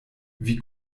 wie